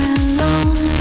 alone